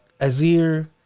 Azir